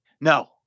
No